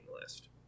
list